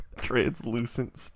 Translucent